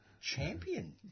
Champion